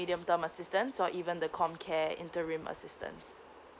medium term assistance so even the comcare interim assistance